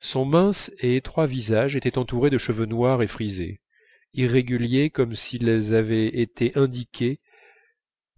son mince et étroit visage était entouré de cheveux noirs et frisés irréguliers comme s'ils avaient été indiqués